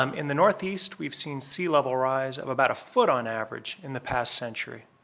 um in the northeast, we've seen sea level rise of about a foot on average in the past century.